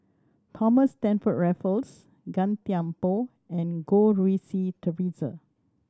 Thomas Stamford Raffles Gan Thiam Poh and Goh Rui Si Theresa